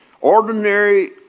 Ordinary